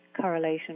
correlation